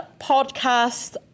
Podcast